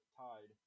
tied